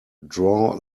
draw